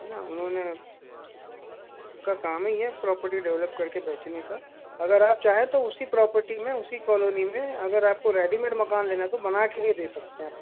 है ना उन्होंने उनका काम ही है प्रॉपर्टी डेवलप कर के बेचने का अगर आप चाहे तो उसी प्रॉपर्टी में उसी कॉलोनी में अगर आप को रेडीमेड मकान लेना है तो बना के भी दे सकते हैं आप को